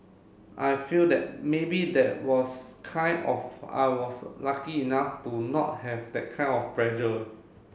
I feel that maybe that was kind of I was lucky enough to not have that kind of pressure